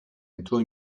entrò